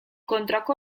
kontrako